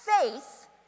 faith